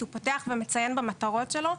הוא פותח ומציין במטרות שלו,